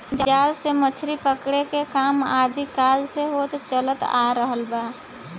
जाल से मछरी पकड़े के काम आदि काल से होत चलत आ रहल बा